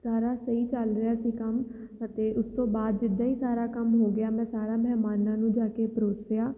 ਸਾਰਾ ਸਹੀ ਚੱਲ ਰਿਹਾ ਸੀ ਕੰਮ ਅਤੇ ਉਸ ਤੋਂ ਬਾਅਦ ਜਿੱਦਾਂ ਹੀ ਸਾਰਾ ਕੰਮ ਹੋ ਗਿਆ ਮੈਂ ਸਾਰਾ ਮਹਿਮਾਨਾਂ ਨੂੰ ਜਾ ਕੇ ਪਰੋਸਿਆ